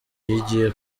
yigiye